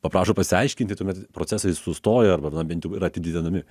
paprašo pasiaiškinti tuomet procesai sustoja arba na bent jau yra atidedami